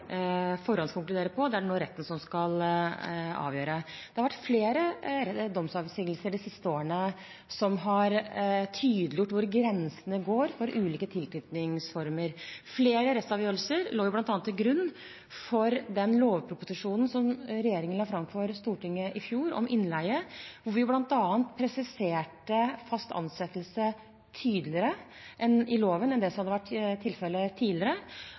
forhåndskonkludere på – det er det retten som skal avgjøre. Flere domsavsigelser de siste årene har tydeliggjort hvor grensene går for ulike tilknytningsformer. Flere rettsavgjørelser lå bl.a. til grunn for den lovproposisjonen om innleie som regjeringen la fram for Stortinget i fjor, der vi bl.a. presiserte fast ansettelse tydeligere i loven enn det som tidligere hadde vært